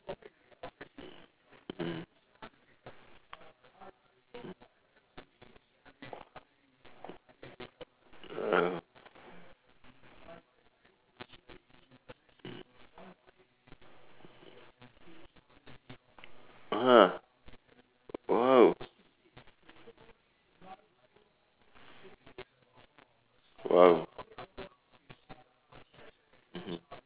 mmhmm uh !huh!